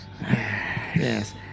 Yes